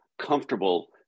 comfortable